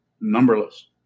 numberless